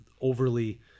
overly